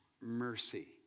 mercy